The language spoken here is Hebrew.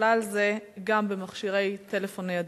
ובכלל זה במכשירי טלפון ניידים.